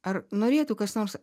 ar norėtų kas nors